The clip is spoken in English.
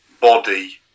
body